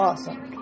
Awesome